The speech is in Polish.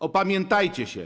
Opamiętajcie się.